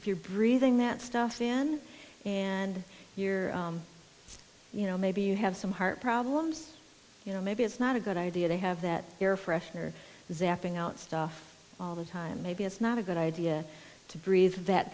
if you're breathing that stuff fan and you're you know maybe you have some heart problems you know maybe it's not a good idea they have that air freshener zapping out stuff all the time maybe it's not a good idea to